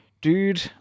dude